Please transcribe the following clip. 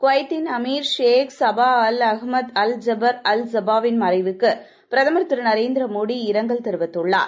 குவைத்தின் அமீர் Sheikh Sabah al Ahmad al Jaber al Sabah வின் மறைவுக்கு பிரதமர் திரு நரேந்திர மோடி இரங்கல் தெரிவித்துள்ளார்